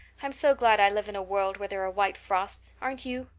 i'm so glad i live in a world where there are white frosts, aren't you?